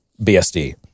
BSD